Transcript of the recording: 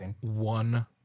one